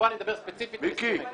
כאן אני מדבר ספציפית על אגד.